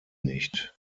nicht